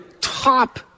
top